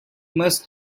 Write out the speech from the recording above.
must